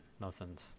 nothing's